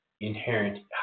inherent